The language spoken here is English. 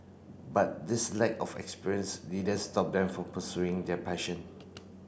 but this lack of experience didn't stop them from pursuing their passion